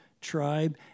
tribe